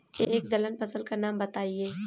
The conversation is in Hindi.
एक दलहन फसल का नाम बताइये